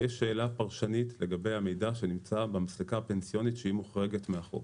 יש שאלה פרשנית לגבי המידע שנמצא במסלקה הפנסיונית שהיא מוחרגת מהחוק.